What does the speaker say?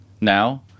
now